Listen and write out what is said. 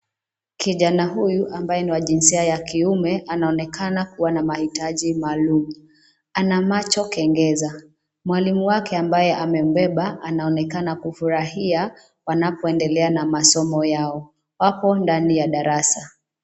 Kijana huyu ambaye ni wa jinsia ya kiume anaonekana kuwa na mahitaji maalum, ana macho kengeza, mwalimu wake ambaye amembeba anaonekana kufurahia, wanapoendelea na masomo yao, wapo ndani ya darasa.